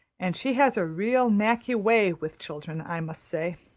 and she has a real knacky way with children, i must say.